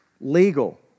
Legal